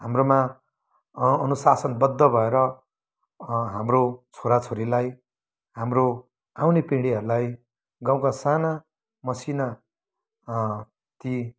हाम्रोमा अनुशासनवद्ध भएर हाम्रो छोरा छोरीलाई हाम्रो आउने पिँढीहरूलाई गाउँका साना मसिना ती